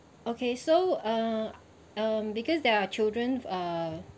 okay so uh um because there are children uh